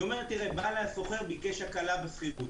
היא אומרת: בא אליי השוכר, ביקש הקלה בשכירות.